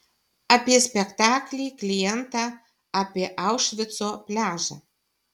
apie spektaklį klientą apie aušvico pliažą